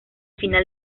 final